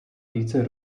více